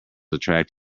attract